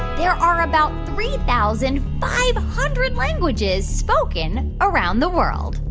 there are about three thousand five hundred languages spoken around the world?